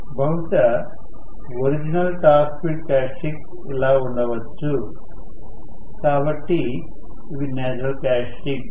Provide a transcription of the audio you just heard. బహుశా original torque speed క్యారెక్టర్స్టిక్స్ఇలా ఉండవచ్చు కాబట్టి ఇవి నేచురల్ క్యారెక్టర్స్టిక్స్